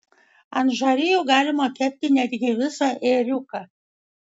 ant žarijų galima kepti netgi visą ėriuką